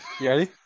ready